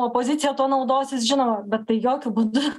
opozicija tuo naudosis žinoma bet tai jokiu būdu